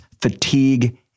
fatigue